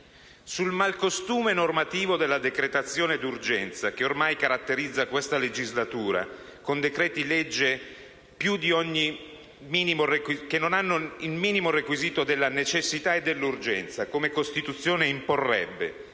Sul malcostume normativo della decretazione d'urgenza, che ormai caratterizza questa legislatura, con decreti-legge che non hanno il minimo requisito della necessità e dell'urgenza, come Costituzione imporrebbe